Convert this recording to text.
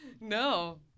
No